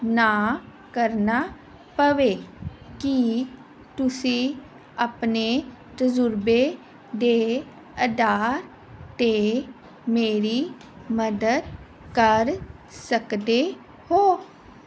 ਨਾ ਕਰਨਾ ਪਵੇ ਕੀ ਤੁਸੀਂ ਆਪਣੇ ਤਜਰਬੇ ਦੇ ਅਧਾਰ 'ਤੇ ਮੇਰੀ ਮਦਦ ਕਰ ਸਕਦੇ ਹੋ